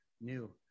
new